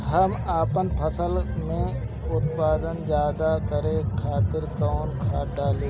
हम आपन फसल में उत्पादन ज्यदा करे खातिर कौन खाद डाली?